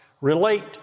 relate